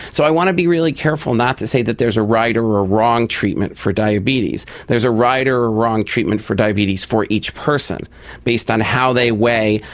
so i want to be really careful not to say that there is a right or a wrong treatment for diabetes. there is a right or or wrong treatment for diabetes for each person based on how they weigh,